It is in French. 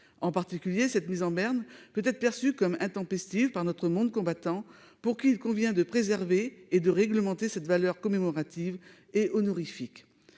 particulièrement être perçue comme intempestive par notre monde combattant, pour qui il convient de préserver et de réglementer cette valeur commémorative et honorifique.